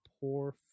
poor